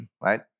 right